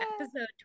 episode